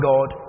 God